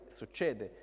succede